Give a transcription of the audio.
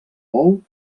bou